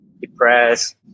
depressed